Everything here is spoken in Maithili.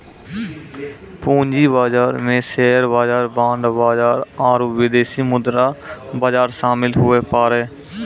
पूंजी बाजार मे शेयर बाजार बांड बाजार आरू विदेशी मुद्रा बाजार शामिल हुवै पारै